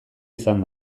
izan